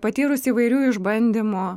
patyrus įvairių išbandymų